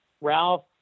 Ralph